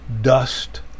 dust